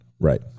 Right